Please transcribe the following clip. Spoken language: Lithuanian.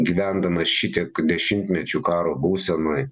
gyvendamas šitiek dešimtmečių karo būsenoj